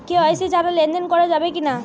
KYC ছাড়া লেনদেন করা যাবে কিনা?